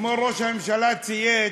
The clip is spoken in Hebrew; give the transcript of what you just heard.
אתמול ראש הממשלה צייץ,